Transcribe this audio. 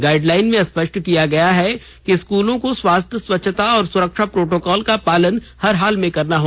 guideline में स्पष्ट किया गया है कि स्कूलों को स्वास्थ्य स्वच्छता और सुरक्षा प्रोटोकॉल का पालन हर हाल में करना है